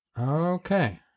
Okay